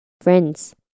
Friends